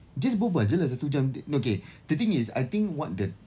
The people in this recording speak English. just berbual jer lah satu jam the no okay the thing is I think what the